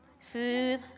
food